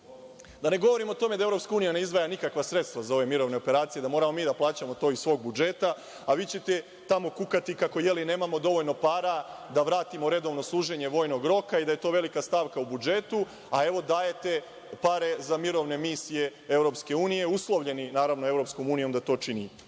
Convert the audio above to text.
ne govorim o tome da EU ne izdvaja nikakva sredstva za ove mirovne operacije, da moram mi da plaćamo to iz svog budžeta, a vi ćete tamo kukati kako nemamo dovoljno para da vratimo redovno služenje vojnog roka i da je to velika stavka u budžetu, a evo, dajete pare za mirovne misije EU, uslovljeni naravno EU da to